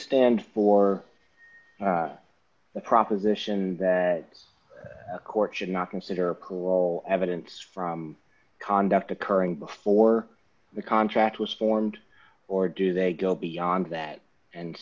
stand for the proposition that court should not consider evidence from conduct occurring before the contract was formed or do they go beyond that and